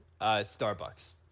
Starbucks